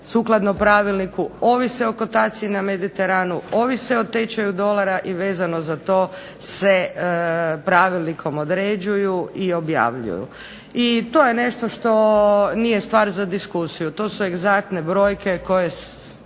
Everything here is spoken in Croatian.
sukladno pravilniku ovise o kotaciji na Mediteranu ovise o tečaju dolara i vezano za to se pravilnikom određuju i objavljuju. No, to je nešto što nije stvar za diskusiju, to su egzaktne brojke koje